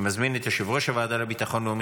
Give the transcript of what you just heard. אני מזמין את יושב ראש הוועדה לביטחון לאומי